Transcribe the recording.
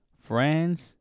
friends